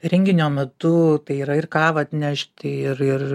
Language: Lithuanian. renginio metu tai yra ir kavą atnešti ir ir